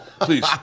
Please